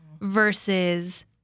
versus